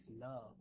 love